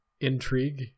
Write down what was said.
intrigue